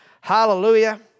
Hallelujah